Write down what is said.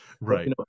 Right